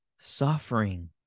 suffering